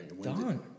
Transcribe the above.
done